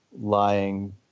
lying